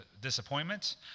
disappointments